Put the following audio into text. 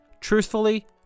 Truthfully